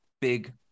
big